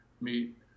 meet